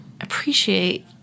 appreciate